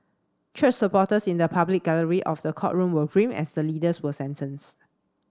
church supporters in the public gallery of the courtroom were grim as the leaders were sentenced